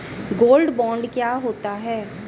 Gold bond क्या होता है?